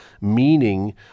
meaning